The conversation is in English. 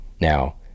Now